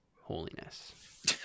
holiness